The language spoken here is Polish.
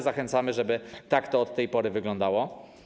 Zachęcamy, żeby tak to od tej pory wyglądało.